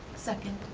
second.